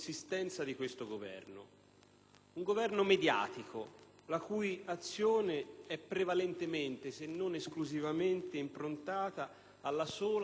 Un Governo mediatico, la cui azione è prevalentemente, se non esclusivamente, improntata alla sola efficacia mediatica.